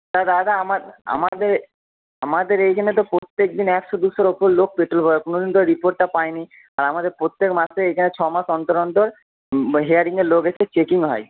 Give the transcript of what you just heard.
দাদা আমার আমাদের আমাদের এইখানে তো প্রত্যেক দিন একশো দুশোর ওপর লোক পেট্রল ভরায় কোনোদিন তো রিপোর্টটা পাইনি আর আমাদের প্রত্যেক মাসে এইখানে ছমাস অন্তর অন্তর হেয়ারিংয়ের লোক এসে চেকিং হয়